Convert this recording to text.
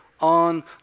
on